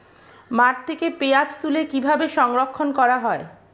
মাঠ থেকে পেঁয়াজ তুলে কিভাবে সংরক্ষণ করা হয়?